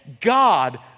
God